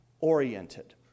oriented